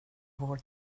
vår